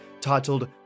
titled